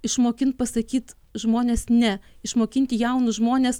išmokint pasakyt žmones ne išmokinti jaunus žmones